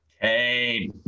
Hey